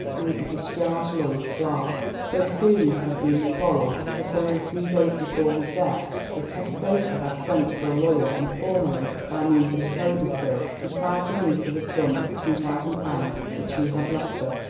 who was a discharged lawyer's clerk. so serious had been the quarrel that only three days before his death the testator had sent for a lawyer and formally, by means of a codicil, deprived the niece of a sum of two thousand pounds which he had left her,